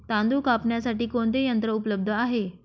तांदूळ कापण्यासाठी कोणते यंत्र उपलब्ध आहे?